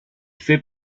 fait